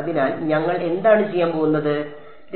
അതിനാൽ ഞങ്ങൾ എന്താണ് ചെയ്യാൻ പോകുന്നത്